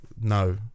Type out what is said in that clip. no